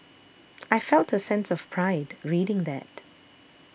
I felt a sense of pride reading that